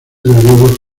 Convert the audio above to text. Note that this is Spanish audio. huevos